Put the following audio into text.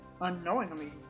unknowingly